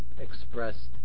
expressed